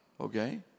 Okay